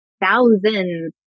thousands